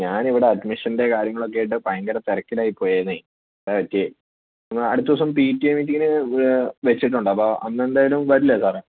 ഞാൻ ഇവിടെ അഡ്മിഷൻ്റെ കാര്യങ്ങളൊക്കെ ആയിട്ട് ഭയങ്കര തിരക്കിലായി പോയെന്നേ അതാണ് പറ്റിയത് അടുത്ത ദിവസം പി ടി എ മീറ്റിംഗിന് വെച്ചിട്ടുണ്ട് അപ്പോൾ അന്ന് എന്തായാലും വരില്ലേ സാർ